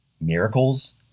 miracles